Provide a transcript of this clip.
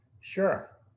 Sure